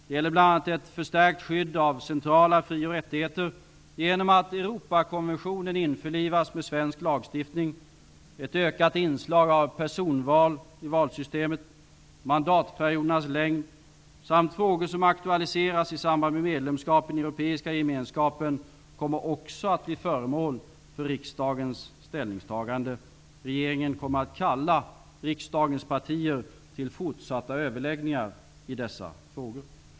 Det gäller bl.a. ett förstärkt skydd av centrala fri och rättigheter genom att Europakonventionen införlivas med svensk lagstiftning. Ett ökat inslag av personval i valsystemet, mandatperiodernas längd samt frågor som aktualiseras i samband med medlemskap i den europeiska gemenskapen kommer också att bli föremål för riksdagens ställningstagande. Regeringen kommer att kalla riksdagens partier till fortsatta överläggningar i dessa frågor.